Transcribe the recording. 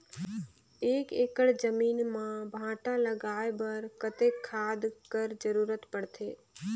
एक एकड़ जमीन म भांटा लगाय बर कतेक खाद कर जरूरत पड़थे?